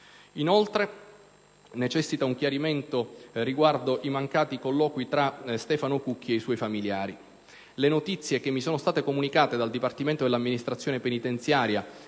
Inoltre, necessita un chiarimento riguardo ai mancati colloqui tra Stefano Cucchi e i suoi familiari. Le notizie che mi sono state comunicate dal Dipartimento dell'amministrazione penitenziaria